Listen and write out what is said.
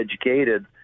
educated